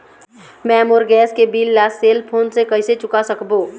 मैं मोर गैस के बिल ला सेल फोन से कइसे चुका सकबो?